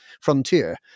Frontier